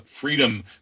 freedom